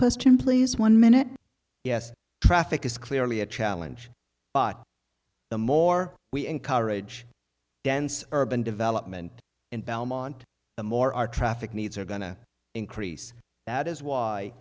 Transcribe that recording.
question please one minute yes traffic is clearly a challenge but the more we encourage dense urban development in belmont the more our traffic needs are going to increase that is why